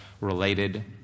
related